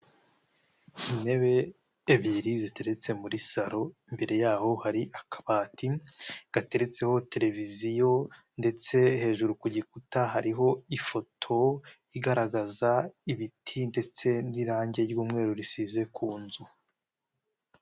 Intebe ebyiri ziteretse muri salon imbere yaho hari akabati gateretseho televiziyo ndetse hejuru ku gikuta hariho ifoto igaragaza ibiti ndetse n'irangi ry'umweru risize ku nzu.